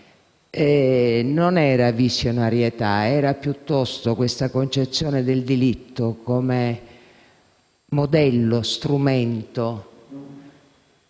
Non era visionarietà, era piuttosto questa concezione del diritto come modello, strumento